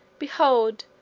behold!